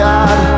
God